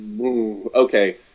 okay